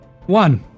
One